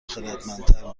خردمندتر